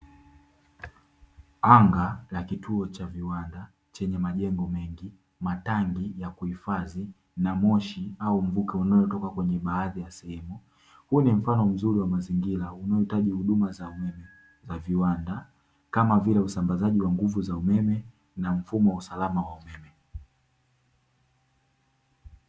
Anga la kituo cha viwanda chenye majengo mengi, matanki ya kuhifadhi na moshi au mvuke unaotoka kwenye badhi ya sehemu. Huu ni mfano mzuri wa mazingira unaohitaji huduma za umeme za viwanda kama vile usambazaji wa nguvu za umeme na mfumo wa usalama wa umeme.